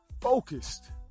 focused